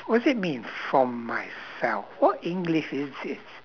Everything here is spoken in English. what's it mean from myself what english is this